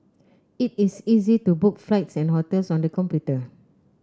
it is easy to book flights and hotels on the computer